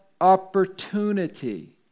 opportunity